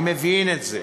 אני מבין את זה.